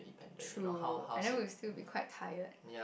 true and then we will still be quite tired